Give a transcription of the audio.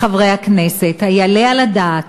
חברי הכנסת, היעלה על הדעת